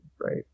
right